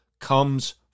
comes